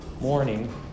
morning